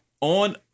on